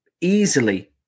easily